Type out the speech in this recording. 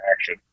action